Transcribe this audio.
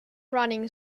running